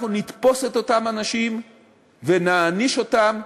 אנחנו נתפוס את אותם אנשים ונעניש אותם,